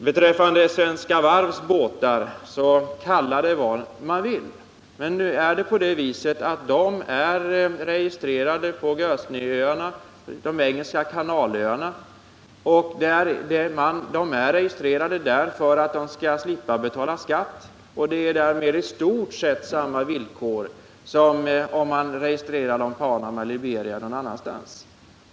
Beträffande registreringen av Svenska Varvs båtar, så kalla det vad ni vill! De är registrerade på ön Guernsey, som tillhör de engelska Kanalöarna, för att man skall slippa betala skatt. Det är därmed i stort sett på samma sätt som om man hade registrerat dem i Panama, Liberia eller någon annanstans.